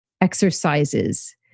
exercises